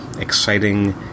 exciting